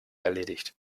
erledigt